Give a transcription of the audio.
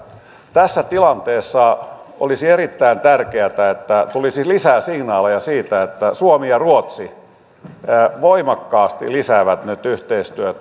tässä tilanteessa olisi erittäin tärkeätä että tulisi lisää signaaleja siitä että suomi ja ruotsi voimakkaasti lisäävät nyt yhteistyötä